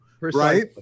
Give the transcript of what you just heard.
right